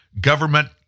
government